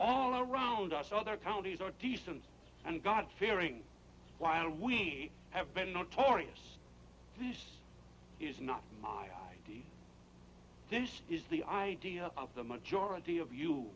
all around us other counties are decent and god fearing while we have been notorious this is not the this is the idea of the majority of you